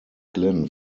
glenn